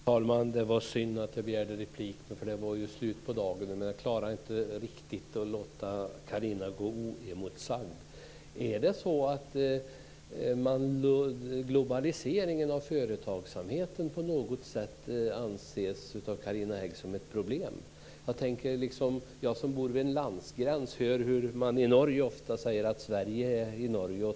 Fru talman! Det var synd att jag måste begära replik, eftersom debatten egentligen är slut. Men jag klarade inte att låta Carina Hägg gå oemotsagd. Är det så att Carina Hägg anser att globaliseringen av företagsamheten på något sätt är ett problem? Jag bor vid en landgräns och hör hur man i Norge ofta säger att Sverige